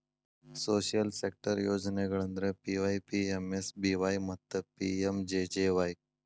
social sector ಯೋಜನೆಗಳಂದ್ರ PYPMSBY ಮತ್ತ PMJJY